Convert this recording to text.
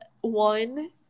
one